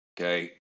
okay